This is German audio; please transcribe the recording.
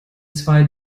zwei